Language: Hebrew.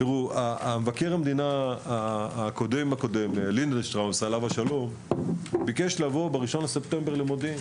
מבקר המדינה לינדנשטראוס עליו השלום ביקש להגיע ב-1 בספטמבר למודיעין